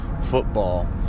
football